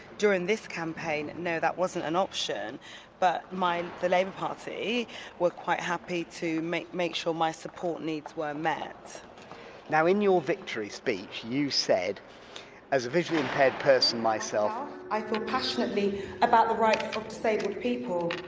during this campaign, no that wasn't an option but my the labour party were quite happy to make make sure my support needs were met now in your victory speech you said as a visually-impaired person myself, i feel passionately about the rights of disabled people.